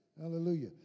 Hallelujah